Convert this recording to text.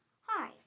Hi